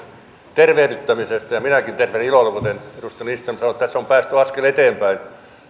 tervehdyttämisestä ja ja minäkin tervehdin ilolla sitä kuten ministeri lindström sanoi että tässä on päästy askel eteenpäin